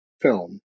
film